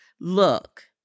Look